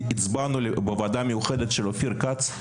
הצבענו בוועדה המיוחדת של אופיר כץ,